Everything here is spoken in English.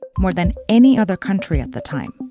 more than any other country at the time.